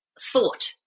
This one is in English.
thought